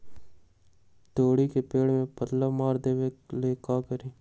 तोड़ी के पेड़ में पल्ला मार देबे ले का करी?